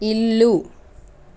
ఇల్లు